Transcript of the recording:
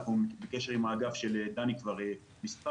אנחנו בקשר עם האגף של דני כבר מספר